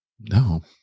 no